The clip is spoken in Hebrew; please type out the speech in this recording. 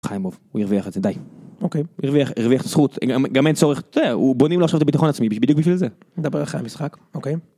חיימוב, הוא הרוויח את זה, די. אוקיי. הרוויח את הזכות, גם אין צורך, זה, הוא בונים לו עכשיו את הביטחון עצמי, בדיוק בשביל זה. נדבר אחרי המשחק, אוקיי.